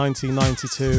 1992